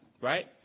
right